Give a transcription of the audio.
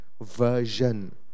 version